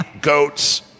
goats